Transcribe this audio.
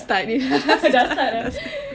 dah start eh